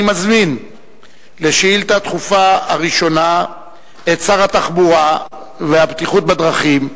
אני מזמין לשאילתא הדחופה הראשונה את שר התחבורה והבטיחות בדרכים,